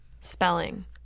Spelling